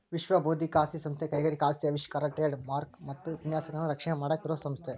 ವಿಶ್ವ ಬೌದ್ಧಿಕ ಆಸ್ತಿ ಸಂಸ್ಥೆ ಕೈಗಾರಿಕಾ ಆಸ್ತಿ ಆವಿಷ್ಕಾರ ಟ್ರೇಡ್ ಮಾರ್ಕ ಮತ್ತ ವಿನ್ಯಾಸಗಳನ್ನ ರಕ್ಷಣೆ ಮಾಡಾಕ ಇರೋ ಸಂಸ್ಥೆ